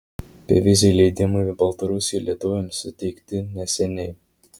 beviziai leidimai į baltarusiją lietuviams suteikti neseniai